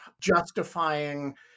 justifying